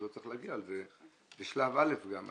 אז לא צריך להגיע לזה בשלב א' גם.